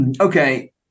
Okay